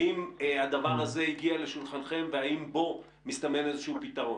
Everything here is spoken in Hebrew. האם הדבר הזה הגיע לשולחנכם והאם בו מסתמן פתרון.